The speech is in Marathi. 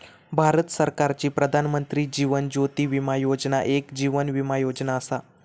भारत सरकारची प्रधानमंत्री जीवन ज्योती विमा योजना एक जीवन विमा योजना असा